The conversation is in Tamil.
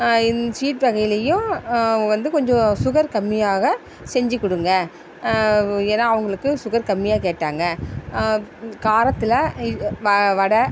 இந்த ஸ்வீட் வகைலேயும் வந்து கொஞ்சம் சுகர் கம்மியாக செஞ்சு கொடுங்க ஏன்னால் அவங்குளுக்கு சுகர் கம்மியாக கேட்டாங்க காரத்தில் வ வடை